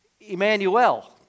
Emmanuel